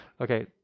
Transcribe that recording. okay